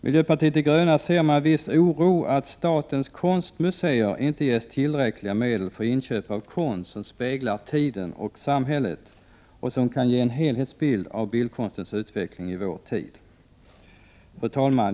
Miljöpartiet de gröna ser med viss oro att statens konstmuseer inte ges Prot. 1988/89:103 tillräckliga medel för inköp av konst som speglar tiden och samhället och som 25 april 1989 kan ge en helhetsbild av bildkonstens utveckling i vår tid. Anslag till kulturmiljö Fru talman!